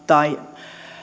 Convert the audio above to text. tai